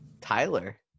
tyler